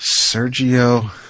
Sergio